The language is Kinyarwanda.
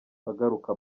agaruka